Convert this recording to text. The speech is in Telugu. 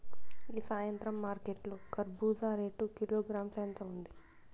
ఈ సాయంత్రం మార్కెట్ లో కర్బూజ రేటు కిలోగ్రామ్స్ ఎంత ఉంది?